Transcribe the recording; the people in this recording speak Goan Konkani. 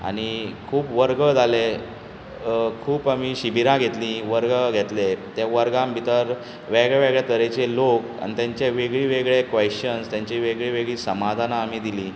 आनी खूब वर्ग जाले खूब आमी शिबीरां घेतलीं वर्ग घेतले ते वर्गां भितर वेगळे वेगळे तरेचे लोक आनी तेंची वेगळे वेगळीं क्वेश्चन्स तेंची वेगळीं वेगळीं समाधानां आमी दिलीं